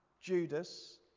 Judas